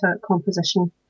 Composition